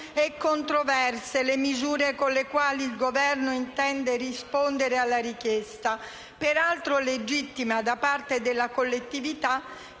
e controverse» le misure con le quali il Governo intende rispondere alla richiesta, peraltro legittima, da parte della collettività,